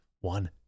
one